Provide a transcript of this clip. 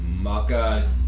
Maka